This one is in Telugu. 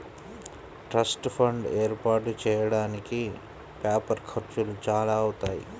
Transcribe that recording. ట్రస్ట్ ఫండ్ ఏర్పాటు చెయ్యడానికి పేపర్ ఖర్చులు చానా అవుతాయి